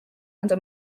are